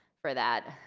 for that.